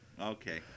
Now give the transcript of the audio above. Okay